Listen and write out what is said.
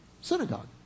synagogue